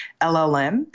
LLM